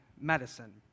medicine